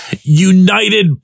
United